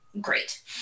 great